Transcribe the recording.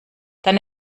dann